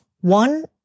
One